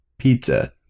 pizza